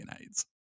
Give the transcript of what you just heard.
AIDS